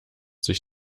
sich